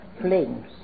flames